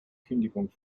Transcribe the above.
kündigung